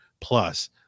plus